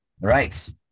Right